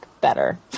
better